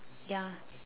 ya